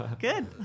good